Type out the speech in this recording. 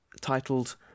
titled